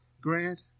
grant